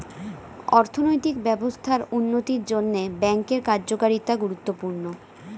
অর্থনৈতিক ব্যবস্থার উন্নতির জন্যে ব্যাঙ্কের কার্যকারিতা গুরুত্বপূর্ণ